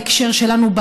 בהקשר שלנו,